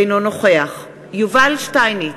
אינו נוכח יובל שטייניץ,